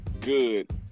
good